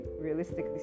realistically